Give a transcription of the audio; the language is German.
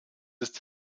ist